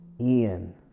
Ian